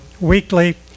weekly